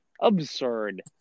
Absurd